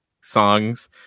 songs